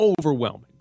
overwhelming